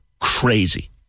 crazy